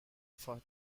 for